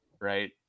right